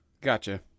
Gotcha